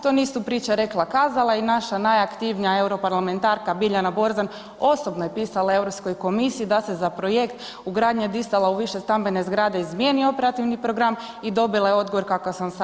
To nisu priče rekla kazala i naša najaktivnija europarlamentarka Biljana Borzan osobno je pisala Europskoj komisiji da se za projekt ugradnja dizala u višestambene zgrade izmijeni operativni program i dobila je odgovor kakav sam sada ja rekla.